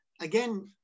again